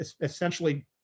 essentially